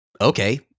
okay